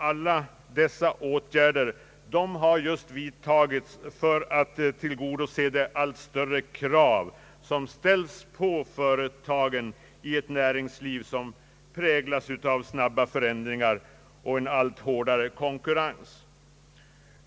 Alla dessa åtgärder har vidtagits för att tillgodose de allt större krav som ställs på företagen i ett näringsliv som präglas av snabba förändringar och en allt hårdare konkurrens.